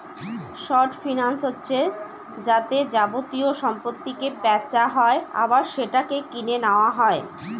short finance হচ্ছে যাতে যাবতীয় সম্পত্তিকে বেচা হয় আবার সেটাকে কিনে নেওয়া হয়